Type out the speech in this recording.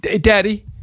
Daddy